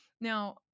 Now